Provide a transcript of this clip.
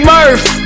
Murph